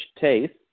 taste